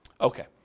Okay